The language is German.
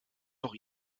noch